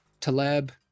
Taleb